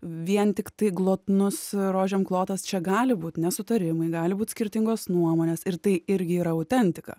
vien tiktai glotnus rožėm klotas čia gali būti nesutarimai gali būti skirtingos nuomonės ir tai irgi yra autentika